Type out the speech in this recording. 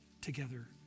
together